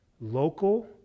local